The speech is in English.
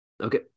Okay